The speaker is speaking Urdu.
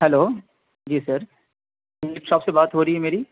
ہلو جی سر میٹ شاپ سے بات ہو رہی ہے میری